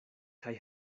kaj